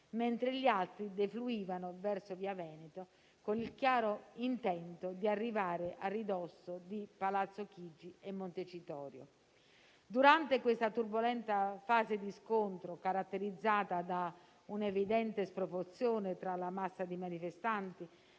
mentre gli altri defluivano verso Via Veneto, con il chiaro intento di arrivare a ridosso di Palazzo Chigi e Montecitorio. Durante questa turbolenta fase di scontro, caratterizzata da un'evidente sproporzione tra la massa di manifestanti